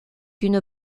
une